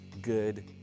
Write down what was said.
good